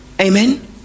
Amen